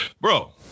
Bro